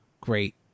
great